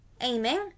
Aiming